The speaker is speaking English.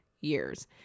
years